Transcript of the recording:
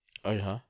ah ya ha